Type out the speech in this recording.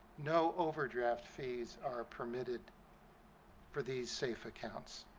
no overdraft fees are permitted for these safe accounts.